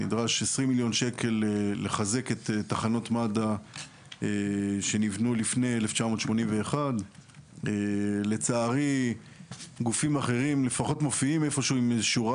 נדרש 20,000,000 שקל לחזק את תחנות מד"א שנבנו לפני 1981. לצערי גופים אחרים לפחות מופיעים איפשהו עם איזה שורה